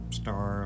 star